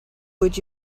would